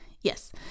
yes